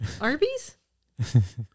arby's